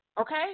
Okay